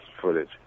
footage